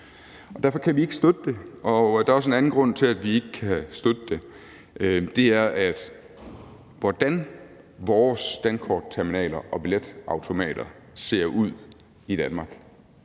derfor kan vi ikke støtte det. Der er også en anden grund til, at vi ikke kan støtte det, og det er, at hvordan vores dankortterminaler og billetautomater ser ud i Danmark,